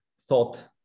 thought